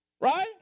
Right